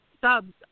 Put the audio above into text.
subs